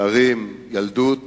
לצערי, נעורים, ילדות